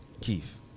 Keith